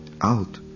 Out